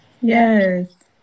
Yes